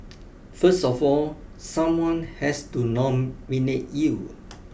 first of all someone has to nominate you